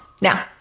Now